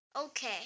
Okay